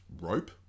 rope